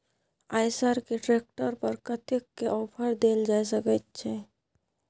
आयसर के ट्रैक्टर पर कतेक के ऑफर देल जा सकेत छै?